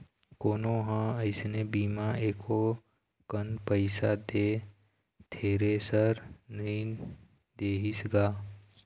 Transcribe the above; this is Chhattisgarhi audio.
कोनो ह अइसने बिना एको कन पइसा दे थेरेसर नइ देतिस गा